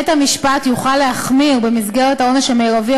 בית-המשפט יוכל להחמיר במסגרת העונש המרבי